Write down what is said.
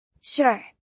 Sure